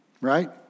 right